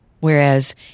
Whereas